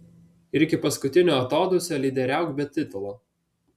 ir iki paskutinio atodūsio lyderiauk be titulo